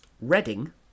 Reading